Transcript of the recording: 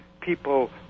people